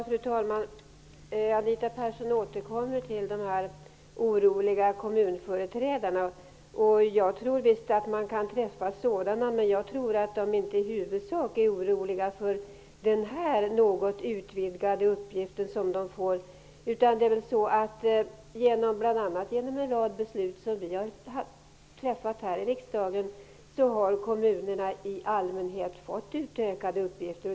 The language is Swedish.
Fru talman! Anita Persson återkommer till talet om de oroliga kommunföreträdarna. Jag tror också att man kan träffa på sådana. Men jag tror att de i första hand inte är oroliga för den här något utvidgade uppgiften som de får. I stället är det väl så, bl.a. genom en rad beslut som riksdagen fattat, att kommunerna i allmänhet har fått utökade uppgifter.